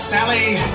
Sally